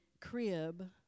crib